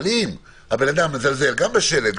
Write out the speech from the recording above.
אבל אם הבן-אדם מזלזל גם בשלט,